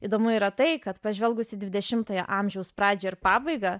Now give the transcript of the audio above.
įdomu yra tai kad pažvelgus į dvidešimtojo amžiaus pradžią ir pabaigą